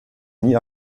nie